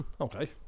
okay